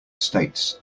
states